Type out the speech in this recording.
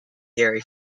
dairy